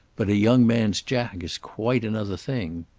but a young man's jack is quite another thing.